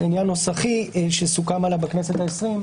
זה עניין נוסחי שסוכם עליו בכנסת ה-20,